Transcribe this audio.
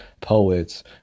poets